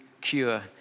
cure